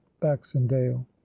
baxendale